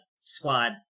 squad